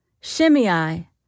Shimei